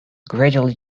gradually